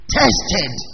tested